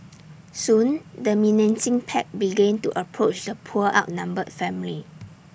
soon the menacing pack began to approach the poor outnumbered family